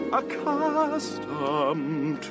accustomed